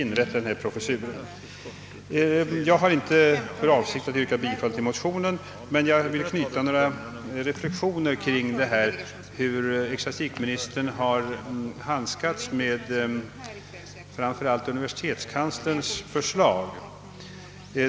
Jag har i rådande situation inte för avsikt att yrka bifall till motionen, men vill knyta några reflexioner till hur ecklesiastikministern har handskats med framför allt universitetskanslerns förslag.